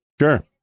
Sure